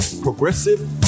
progressive